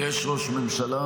-- יש ראש ממשלה,